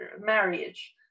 marriage